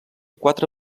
quatre